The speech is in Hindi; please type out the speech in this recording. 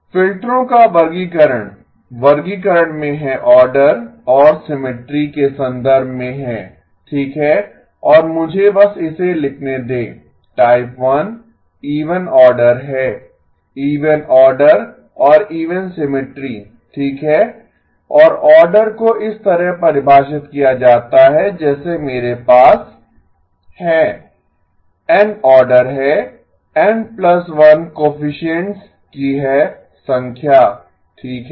फ़िल्टरों का वर्गीकरण वर्गीकरण में है आर्डर और सिमिट्री के संदर्भ में है ठीक है और मुझे बस इसे लिखने दें टाइप 1 इवन आर्डर है इवन आर्डर और इवन सिमिट्री ठीक है और आर्डर को इस तरह परिभाषित किया जाता है जैसे मेरे पास H h h z−1h z−N है N आर्डर है N 1 कोएफिसिएन्ट्स की है संख्या ठीक है